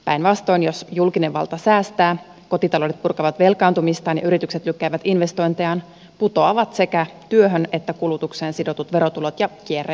päinvastoin jos julkinen valta säästää kotitaloudet purkavat velkaantumistaan ja yritykset lykkäävät investointejaan sekä työhön että kulutukseen sidotut verotulot putoavat ja kierre jatkuu